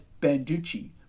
Banducci